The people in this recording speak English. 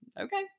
okay